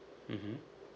mmhmm